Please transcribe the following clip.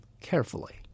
carefully